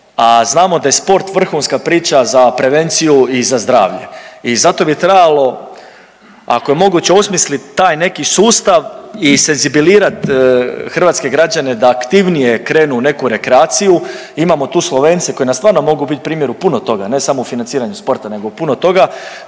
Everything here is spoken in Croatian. a znamo da je sport vrhunska priča za prevenciju i za zdravlje. I zato bi trebalo ako je moguće osmislit taj neki sustav i senzibilizirat hrvatske građane da aktivnije krenu u neku rekreaciju. Imamo tu Slovence koji nam stvarno mogu biti primjer u puno toga, ne samo u financiranju sporta, nego u puno toga,